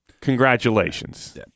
Congratulations